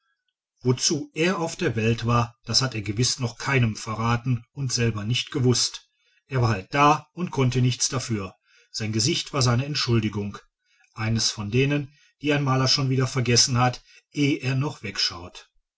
wozu er auf der welt war das hat er gewiß noch keinem verraten und selber nicht gewußt er war halt da und konnte nichts dafür sein gesicht war seine entschuldigung eines von denen die ein maler schon wieder vergessen hat eh er noch wegschaut